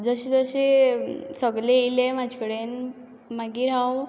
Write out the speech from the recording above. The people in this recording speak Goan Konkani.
जशें जशें सगळें येलें म्हजे कडेन मागीर हांव